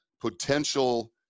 potential